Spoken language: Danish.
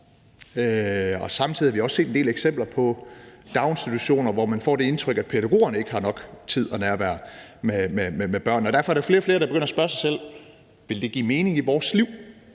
Samtidig har vi også set en del eksempler på daginstitutioner, hvor man får det indtryk, at pædagogerne ikke har nok tid og nærvær med børnene. Derfor er der flere og flere, der begynder at spørge sig selv, om det ville give mening i deres liv,